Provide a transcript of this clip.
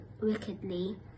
wickedly